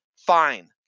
fine